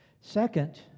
Second